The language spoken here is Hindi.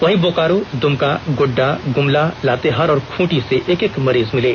वहीं बोकारो दुमका गोड्डा गुमला लातेहार और खूंटी से एक एक मरीज मिले